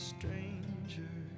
Stranger